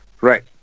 Right